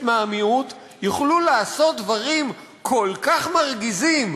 מהמיעוט יוכלו לעשות דברים כל כך מרגיזים,